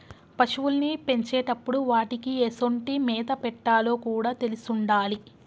పశువుల్ని పెంచేటప్పుడు వాటికీ ఎసొంటి మేత పెట్టాలో కూడా తెలిసుండాలి